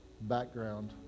background